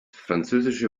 französische